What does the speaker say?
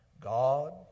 God